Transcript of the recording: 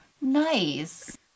nice